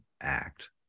act